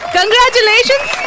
Congratulations